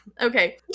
Okay